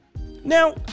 Now